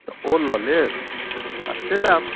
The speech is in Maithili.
तऽ ओ लऽ लेब आओर चलि आएब